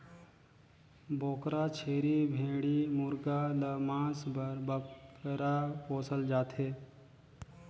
बोकरा, छेरी, भेंड़ी मुरगा ल मांस बर बगरा पोसल जाथे